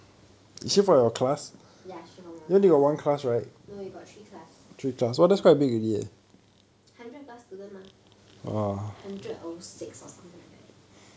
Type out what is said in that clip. ya she from my class no we got three class hundred plus student mah hundred O six or something like that